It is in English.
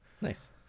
nice